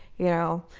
you know,